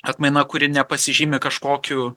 atmaina kuri nepasižymi kažkokiu